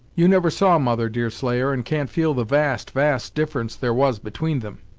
you never saw mother, deerslayer, and can't feel the vast, vast difference there was between them!